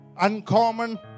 uncommon